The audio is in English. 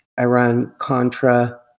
Iran-Contra